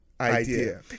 idea